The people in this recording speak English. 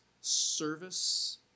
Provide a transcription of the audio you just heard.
service